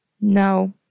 No